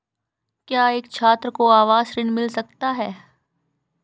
क्या एक छात्र को आवास ऋण मिल सकता है?